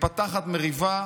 מתפתחת מריבה.